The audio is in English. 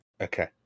Okay